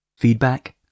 feedback